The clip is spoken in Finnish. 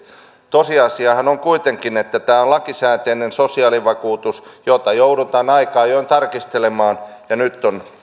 tosiasiahan on kuitenkin että tämä on lakisääteinen sosiaalivakuutus jota joudutaan aika ajoin tarkistelemaan ja nyt on